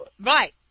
Right